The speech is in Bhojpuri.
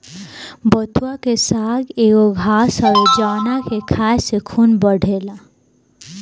बथुआ के साग एगो घास हवे जावना के खाए से खून बढ़ेला